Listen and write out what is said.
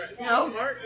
No